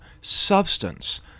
substance